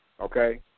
Okay